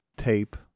tape